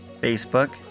Facebook